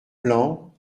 plan